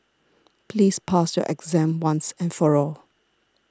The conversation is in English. please pass your exam once and for all